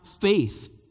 faith